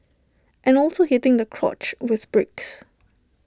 and also hitting the crotch with bricks